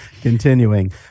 Continuing